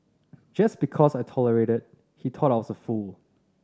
just because I tolerated he thought I was a fool